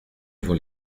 vont